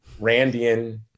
Randian